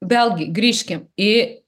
vėlgi grįžkim į